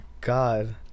god